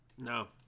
No